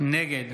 נגד